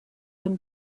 them